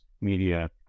media